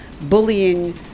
bullying